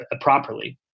properly